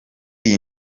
iyi